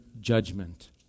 judgment